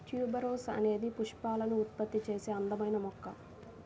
tuberose అనేది పుష్పాలను ఉత్పత్తి చేసే అందమైన మొక్క